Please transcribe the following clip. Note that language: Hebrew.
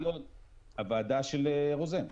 הוועדה של רוזן.